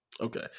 Okay